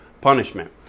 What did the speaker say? punishment